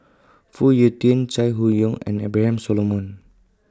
Phoon Yew Tien Chai Hon Yoong and Abraham Solomon